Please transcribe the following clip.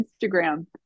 Instagram